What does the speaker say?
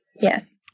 Yes